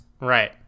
Right